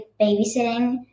babysitting